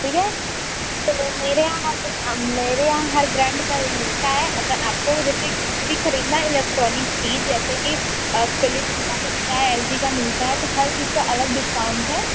ठीक है तो मेरे यहाँ मेरे यहाँ हर ब्रैंड का मिलता है अगर आपको जैसे कुछ भी ख़रीदना है इलेक्ट्रॉनिक चीज़ जैसे कि फिलिप का मिलता है एल जी का मिलता है तो हर चीज़ का अलग डिस्काउंट है